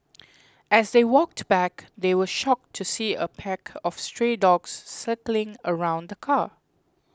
as they walked back they were shocked to see a pack of stray dogs circling around the car